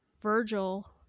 Virgil